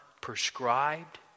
prescribed